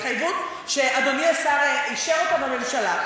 ההתחייבות שאדוני השר אישר אותה בממשלה,